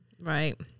right